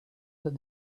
that